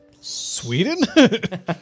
Sweden